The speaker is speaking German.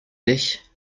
dich